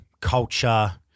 culture